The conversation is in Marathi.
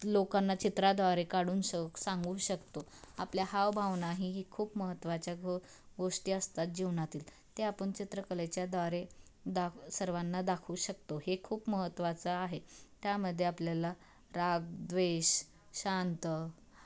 लोकांना चित्राद्वारे काढून श सांगू शकतो आपल्या हावभावना ह ही खूप महत्त्वाच्या घ गोष्टी असतात जीवनातील ते आपन चित्रकलेच्याद्वारे दाख सर्वांना दाखवू शकतो हे खूप महत्त्वाचं आहे त्यामध्ये आपल्याला रागद्वेष शांत